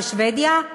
בשבדיה?